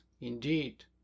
indeed